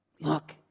look